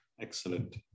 Excellent